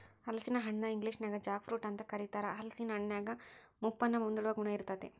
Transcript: ಹಲಸಿನ ಹಣ್ಣನ ಇಂಗ್ಲೇಷನ್ಯಾಗ ಜಾಕ್ ಫ್ರೂಟ್ ಅಂತ ಕರೇತಾರ, ಹಲೇಸಿನ ಹಣ್ಣಿನ್ಯಾಗ ಮುಪ್ಪನ್ನ ಮುಂದೂಡುವ ಗುಣ ಇರ್ತೇತಿ